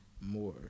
more